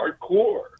hardcore